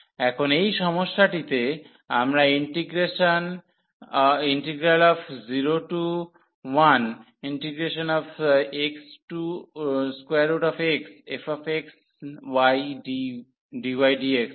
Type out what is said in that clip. এখন এই সমস্যাটিতে আমরা ইন্টিগ্রেশন 01xxfxydydx এর ক্রমটি পরিবর্তন করতে চাই